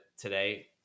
today